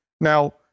Now